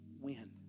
win